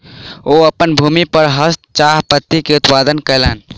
ओ अपन भूमि पर श्वेत चाह पत्ती के उत्पादन कयलैन